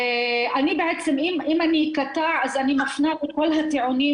אם אני אקטע אז אני מפנה לכל הטיעונים